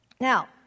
Now